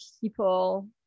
People